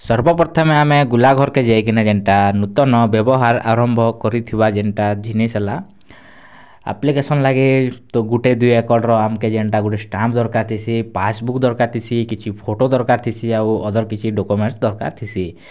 ସର୍ବ ପ୍ରଥମେ ଆମେ ଗୁଲା ଘର୍କେ ଯାଇ କିନା ଯେନ୍ଟା ନୂତନ ବ୍ୟବହାର୍ ଆରମ୍ଭ କରି ଥିବା ଯେନ୍ଟା ଜିନିଷ୍ ହେଲା ଆପ୍ଲିକେସନ୍ ଲାଗି ତ ଗୁଟେ ଦୁଇ ଏକଡ଼୍ର ଆମ୍କେ ଯେନ୍ଟା ଗୁଟେ ଷ୍ଟାମ୍ପ୍ ଦର୍କାର୍ ଥିସି ଏ ପାସ୍ବୁକ୍ ଦର୍କାର୍ ଥିସି କିଛି ଫଟୋ ଦର୍କାର୍ ଥିସି ଆଉ ଅଦର୍ କିଛି ଡକ୍ୟୁମେଣ୍ଟସ୍ ଦର୍କାର୍ ଥିସି